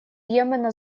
йемена